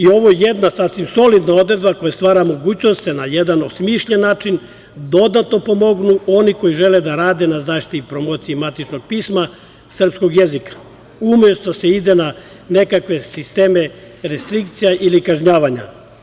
Ovo je jedna sasvim solidna odredba koja stvara mogućnost da se na jedan osmišljen način dodatno pomognu ono koji žele da rade na zaštiti i promociji matičnog pisma srpskog jezika, umesto da se ide na nekakve sisteme restrikcija ili kažnjavanja.